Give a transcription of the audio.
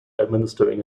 administering